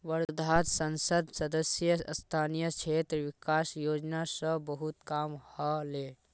वर्धात संसद सदस्य स्थानीय क्षेत्र विकास योजना स बहुत काम ह ले